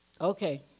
Okay